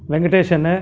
Venkatesan